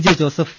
J Joseph